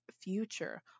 future